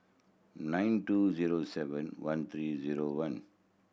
nine two zero seven one three zero one